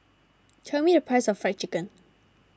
tell me the price of Fried Chicken